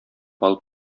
алып